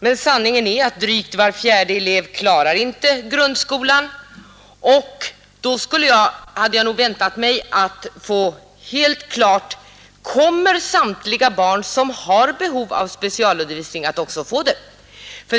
Men sanningen är att drygt var fjärde elev inte klarar grundskolan. Då hade jag nog väntat mig att få helt utrett: Kommer samtliga barn, som har behov av specialundervisning, att också få den?